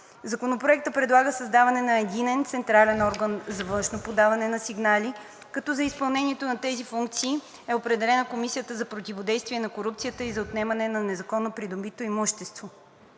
Законопроектът предлага създаването на единен централен орган за външно подаване на сигнали, като за изпълнението на тези функции е определена Комисията за противодействие на корупцията и за отнемане на незаконно придобитото имущество.